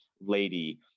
lady